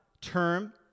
term